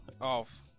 off-